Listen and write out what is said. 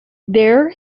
there